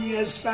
Yes